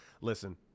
listen